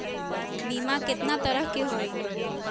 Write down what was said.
बीमा केतना तरह के होइ?